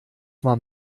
man